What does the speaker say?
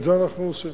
את זה אנחנו עושים.